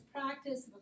practice